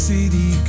City